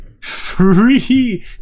Free